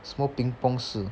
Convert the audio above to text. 什么 ping-pong 是